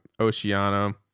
Oceano